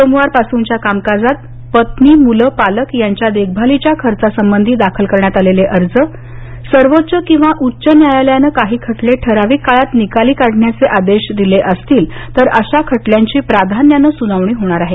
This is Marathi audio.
सोमवारपासूनच्या कामकाजात पत्नी मुलं पालक यांच्या देखभालीच्या खर्चासंबधी दाखल करण्यात आलेले अर्ज सर्वोच्च किंवा उच्च न्यायालयानं काही खटले ठराविक काळात निकाली काढण्याचे आदेश दिले असतील तर अशा खटल्यांची प्राधान्याने सुनावणी होणार आहे